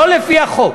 לא לפי החוק.